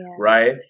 right